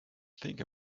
think